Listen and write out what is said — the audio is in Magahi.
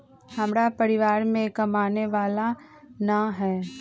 हमरा परिवार में कमाने वाला ना है?